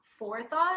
Forethought